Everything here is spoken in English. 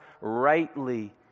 rightly